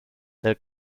del